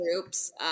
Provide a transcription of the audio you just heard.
groups